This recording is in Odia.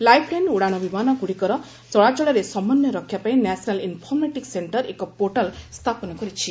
ଲାଇଫ୍ଲାଇନ୍ ଉଡାଣ ବିମାନ ଗୁଡ଼ିକର ଚଳାଚଳରେ ସମନ୍ୱୟ ରକ୍ଷା ପାଇଁ ନ୍ୟାସନାଲ ଇନ୍ଫରମେଟିକ୍ ସେଣ୍ଟର ଏକ ର୍ପୋଟାଲ ସ୍ଥାପନ କରିଛି